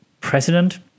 president